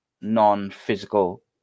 non-physical